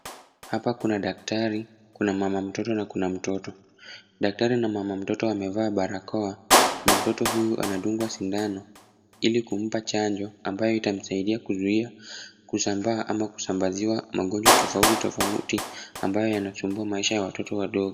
Hapa kuna daktari, kuna mama mtoto na kuna mtoto. Daktari na mama mtoto wamevaa barakoa na mtoto huyu anadungwa sindano ili kumpa chanjo ambayo itamsaidia kuzuia kusambaa ama kusambaziwa magonjwa tofauti tofauti, ambayo yanasumbua maisha ya watu wadogo.